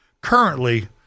Currently